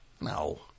No